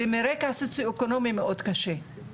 ומרקע סוציו-אקונומי מאוד קשה.